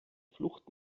flucht